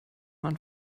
man